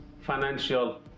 financial